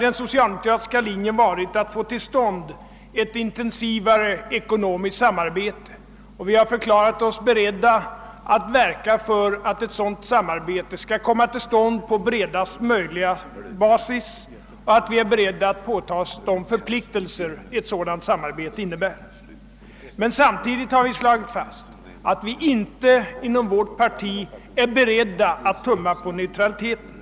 Den socialdemokratiska linjen har varit att få till stånd ett intensivare ekonomiskt samarbete. Vi har förklarat oss beredda att verka för att ett sådant samarbete skall komma till stånd på bredaste möjliga basis och vi har förklarat oss beredda att åta oss de förpliktelser ett sådant samarbete innebär. Men samtidigt har vi slagit fast att vi inte inom vårt parti är beredda att tumma på neutraliteten.